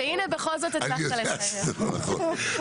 והנה בכל זאת --- אני יודע שזה לא נכון,